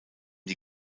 die